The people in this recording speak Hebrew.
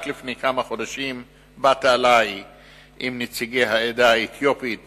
רק לפני כמה חודשים באת אלי עם נציגי העדה האתיופית